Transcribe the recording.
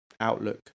outlook